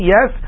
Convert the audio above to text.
Yes